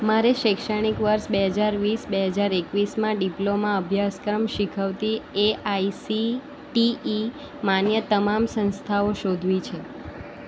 મારે શૈક્ષણિક વર્ષ બે હજાર વીસ બે હજાર એકવીસમાં ડિપ્લોમા અભ્યાસક્રમ શીખવતી એઆઈસીટીઈ માન્ય તમામ સંસ્થાઓ શોધવી છે